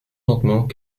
lentement